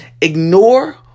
ignore